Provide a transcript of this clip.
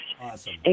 Awesome